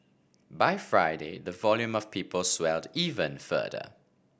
by Friday the volume of people swelled even further